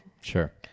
Sure